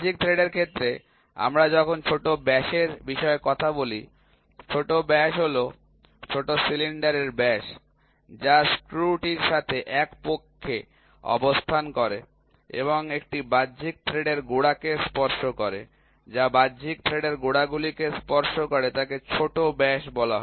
বাহ্যিক থ্রেডের ক্ষেত্রে আমরা যখন ছোট ব্যাসের বিষয়ে কথা বলি ছোট ব্যাস হল ছোট সিলিন্ডারের ব্যাস যা স্ক্রুটির সাথে এক পক্ষে অবস্থান করে এবং একটি বাহ্যিক থ্রেডের গোড়াকে স্পর্শ করে যা বাহ্যিক থ্রেডের গোড়া গুলিকে স্পর্শ করে তাকে ছোট ব্যাস বলে